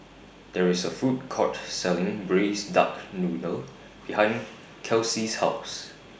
There IS A Food Court Selling Braised Duck Noodle behind Kelcie's House